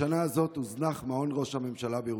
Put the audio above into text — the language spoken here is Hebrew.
בשנה הזאת הוזנח מעון ראש הממשלה בירושלים.